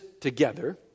together